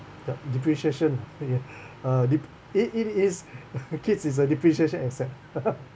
yup depreciation uh ya uh it it it's a kid is a depreciation asset